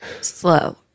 slow